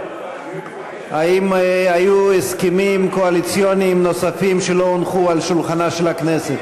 האם היו הסכמים קואליציוניים נוספים שלא הונחו על שולחנה של הכנסת?